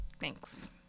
Thanks